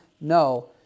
No